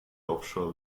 offshore